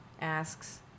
asks